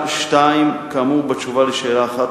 2. כאמור בתשובה על שאלה 1,